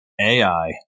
AI